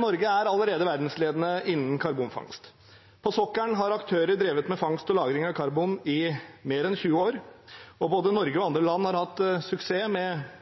Norge er allerede verdensledende innen karbonfangst. På sokkelen har aktører drevet med fangst og lagring av karbon i mer enn 20 år, og både Norge og andre land har hatt suksess med